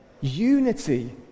unity